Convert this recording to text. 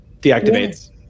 Deactivates